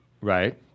Right